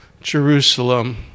Jerusalem